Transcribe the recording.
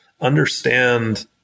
understand